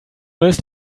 ist